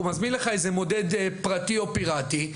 הוא מזמין לך איזה מודד פרטי או פיראטי.